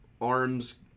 Arms